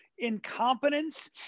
incompetence